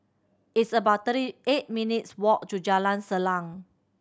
it's about thirty eight minutes' walk to Jalan Salang